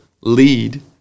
lead